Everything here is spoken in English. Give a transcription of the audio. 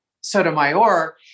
Sotomayor